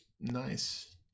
nice